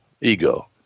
ego